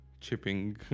chipping